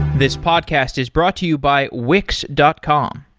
this podcast is brought to you by wix dot com.